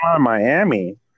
Miami